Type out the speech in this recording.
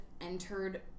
entered